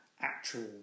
actual